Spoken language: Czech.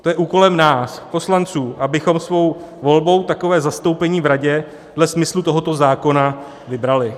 To je úkolem nás poslanců, abychom svou volbou takové zastoupení v radě dle smyslu tohoto zákona vybrali.